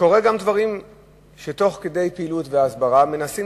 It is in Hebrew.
קורה גם שתוך כדי פעילות והסברה מנסים